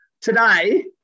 Today